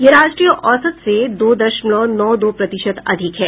यह राष्ट्रीय औसत से दो दशमलव नौ दो प्रतिशत अधिक है